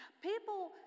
people